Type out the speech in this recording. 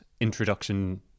introduction